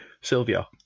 Sylvia